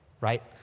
right